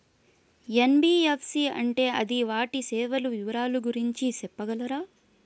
NBFC అంటే అది వాటి సేవలు వివరాలు గురించి సెప్పగలరా?